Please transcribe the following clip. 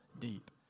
deep